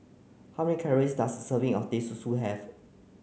how many calories does a serving of Teh Susu have